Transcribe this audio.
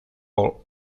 all